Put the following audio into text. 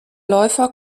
läufer